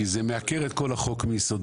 כי זה מעקר את כל החוק מיסודו.